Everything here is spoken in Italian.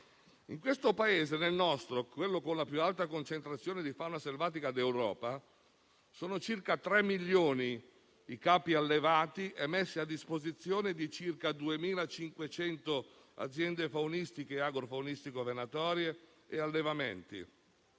nostro Paese, che in Europa è quello con la più alta concentrazione di fauna selvatica, sono circa 3 milioni i capi allevati e messi a disposizione di circa 2.500 aziende faunistiche e agro-faunistico-venatorie e degli allevamenti,